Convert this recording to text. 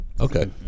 Okay